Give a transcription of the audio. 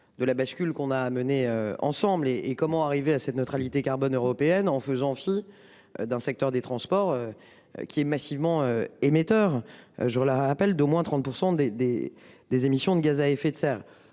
de la bascule qu'on a à mener ensemble et, et comment arriver à cette neutralité carbone européenne en faisant fi. Dans le secteur des transports. Qui est massivement émetteur. Jour là appels d'au moins 30% des des des émissions de gaz à effet de serre.